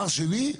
דבר שני,